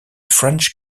french